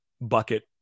bucket